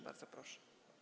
Bardzo proszę.